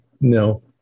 No